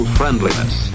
friendliness